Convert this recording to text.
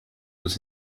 was